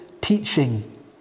teaching